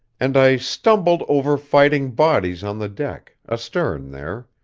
and i stumbled over fighting bodies on the deck, astern there.